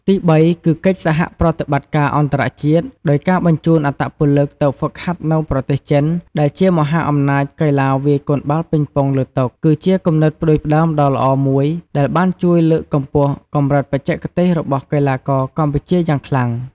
ទីបី គឺកិច្ចសហប្រតិបត្តិការអន្តរជាតិ ដោយការបញ្ជូនអត្តពលិកទៅហ្វឹកហាត់នៅប្រទេសចិន ដែលជាមហាអំណាចកីឡាវាយកូនបាល់ប៉េងប៉ុង លើតុ គឺជាគំនិតផ្តួចផ្ដើមដ៏ល្អមួយដែលបានជួយលើកកម្ពស់កម្រិតបច្ចេកទេសរបស់កីឡាករកម្ពុជាយ៉ាងខ្លាំង។